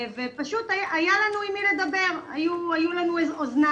פשוט, היה לנו עם מי לדבר, היו לנו אוזניים.